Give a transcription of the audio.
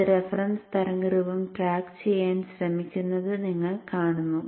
അത് റഫറൻസ് തരംഗരൂപം ട്രാക്ക് ചെയ്യാൻ ശ്രമിക്കുന്നത് നിങ്ങൾ കാണുന്നു